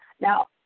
now